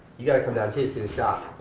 you gotta come down too, see the shop.